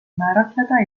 määratleda